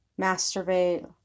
masturbate